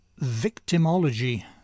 victimology